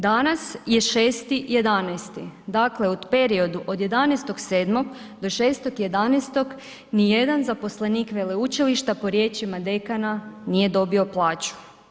Danas je 6.11., dakle u periodu od 11.7. do 6.11. ni jedan zaposlenik veleučilišta po riječima dekana nije dobio plaću.